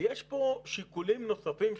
יש כאן שיקולים נוספים.